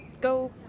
go